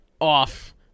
off